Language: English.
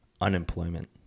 unemployment